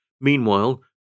Meanwhile